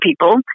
people